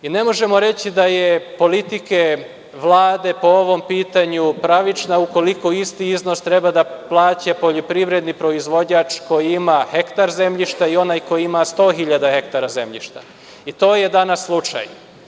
Ne možemo reći da je politika Vlade po ovom pitanju pravična ukoliko isti iznos treba da plaća poljoprivredni proizvođač koji ima hektar zemljišta i onaj koji ima 100 hiljada hektara zemljišta, i to je danas slučaj.